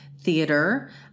Theater